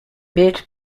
beach